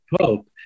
pope